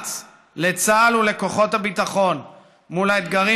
ואמץ לצה"ל ולכוחות הביטחון מול האתגרים